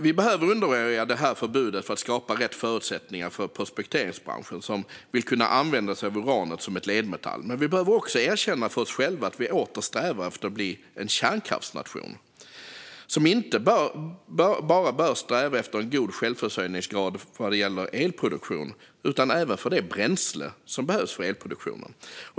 Vi behöver undanröja förbudet för att skapa rätt förutsättningar för prospekteringsbranschen, som vill kunna använda sig av uranet som ledmetall. Vi behöver också erkänna för oss själva att vi åter strävar efter att bli en kärnkraftsnation som inte bör sträva efter en god självförsörjningsgrad enbart när det gäller elproduktion utan även för det bränsle som behövs för elproduktionen.